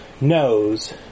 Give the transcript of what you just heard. knows